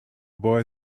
boy